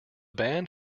band